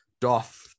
Doth